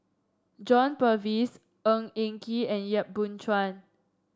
John Purvis Ng Eng Kee and Yap Boon Chuan